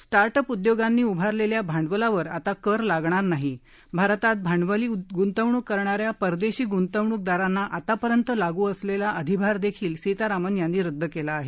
start up उदयोगांनी उभारलेल्या भांडवला वर आता कर लागणार नाही भारतात भांडवली ग्तवणूक करणा या परदेशी ग्ंतवणूकदारांना आतापर्यंत लागू असलेला अधिभार देखील सीतारामन यांनी रद्द केला आहे